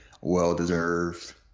well-deserved